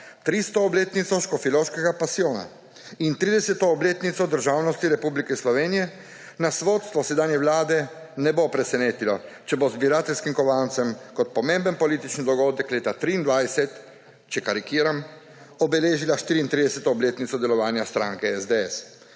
300. obletnico Škofjeloškega pasijona in 30. obletnico državnosti Republike Slovenije, nas vodstvo sedanje vlade ne bo presenetilo, če bo zbirateljskim kovancem kot pomemben političen dogodek leta 2023, če karikiram, obeležila 34. obletnico delovanja stranke SDS.